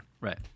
Right